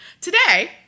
Today